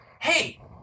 Hey